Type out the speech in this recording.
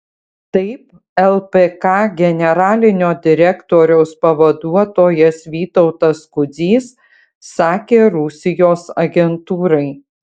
taip lpk generalinio direktoriaus pavaduotojas vytautas kudzys sakė rusijos agentūrai